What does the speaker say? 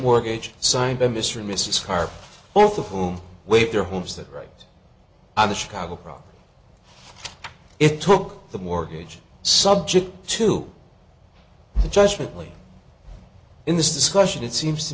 mortgage signed by mr and mrs carr both of whom waved their homes that right on the chicago problem it took the mortgage subject to the judgment late in this discussion it seems to